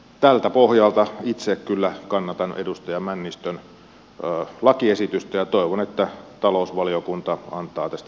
tältä pohjalta itse kyllä kannatan edustaja männistön lakiesitystä ja toivon että talousvaliokunta antaa tästä myönteisen lausunnon